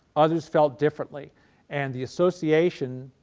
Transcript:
others felt differently and the association,